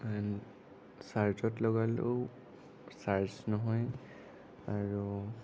and ছাৰ্জত লগালেও charge নহয় আৰু